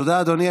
תודה, אדוני.